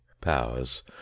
powers